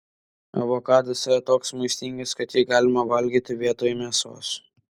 avokadas yra toks maistingas kad jį galima valgyti vietoj mėsos